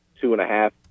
two-and-a-half